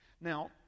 Now